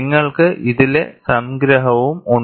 നിങ്ങൾക്ക് ഇതിലെ സംഗ്രഹവും ഉണ്ട്